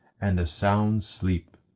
and a sound sleep.